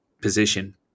position